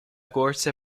corse